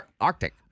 Arctic